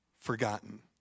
Forgotten